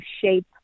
shape